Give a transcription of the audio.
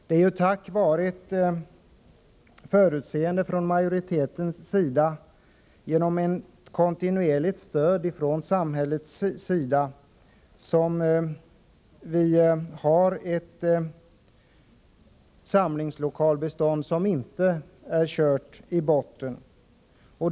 Det är ju tack vare ett förutseende från majoritetens sida och genom ett kontinuerligt stöd från samhällets sida som vi har ett samlingslokalsbestånd som inte behövt köras i botten.